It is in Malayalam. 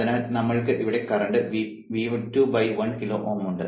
അതിനാൽ നമ്മൾക്ക് അവിടെ കറന്റ് V2 1 കിലോ Ω ഉണ്ട്